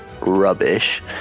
Rubbish